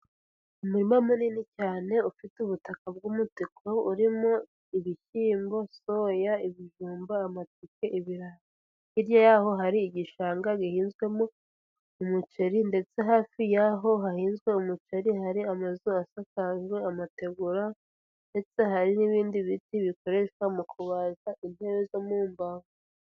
Umurima munini cyane ufite ubutaka bw'umutuku urimo ibishyimbo, soya, ibijumba, amateke, ibirayi. Hirya y'aho hari igishanga gihinzwemo umuceri ndetse hafi y'aho hahinzwe umuceri hari amazu asakajwe amategura, ndetse hari n'ibindi biti bikoreshwa mu kubaza intebe zo mu mbaho.